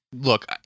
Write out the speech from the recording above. look